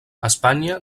espanya